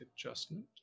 adjustment